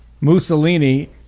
Mussolini